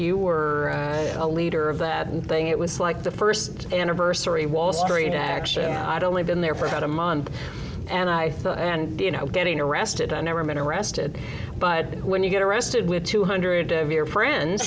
were a leader of that thing it was like the first anniversary wall street actually i'd only been there for about a month and i thought and you know getting arrested i never meant arrested but when you get arrested with two hundred of your friends